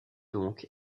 donc